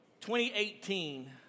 2018